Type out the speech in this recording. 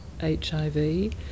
HIV